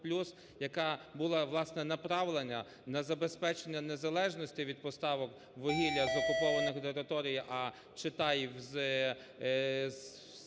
плюс", яка була, власне, направлена на забезпечення незалежності від поставок вугілля з окупованих територій, а, читай, з